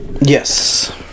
Yes